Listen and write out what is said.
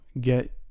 get